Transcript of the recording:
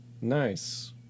nice